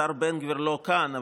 השר בן גביר לא כאן,